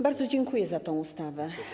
Bardzo dziękuję za tę ustawę.